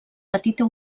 petita